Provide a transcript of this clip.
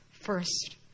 first